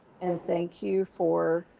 and thank you for,